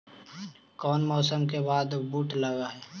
कोन मौसम के बाद बुट लग है?